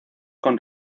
con